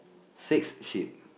six sheep